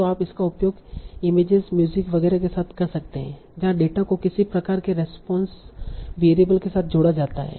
तो आप इसका उपयोग इमेजेस म्यूजिक वगैरह के साथ कर सकते हैं जहाँ डेटा को किसी प्रकार के रेस्पोंस वेरिएबल के साथ जोड़ा जाता है